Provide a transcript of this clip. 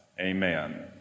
amen